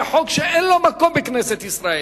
זה חוק שאין לו מקום בכנסת ישראל.